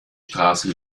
straße